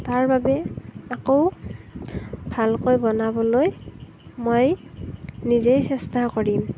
তাৰবাবে আকৌ ভালকৈ বনাবলৈ মই নিজেই চেষ্টা কৰিম